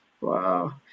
Wow